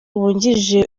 wungirije